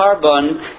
carbon